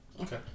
Okay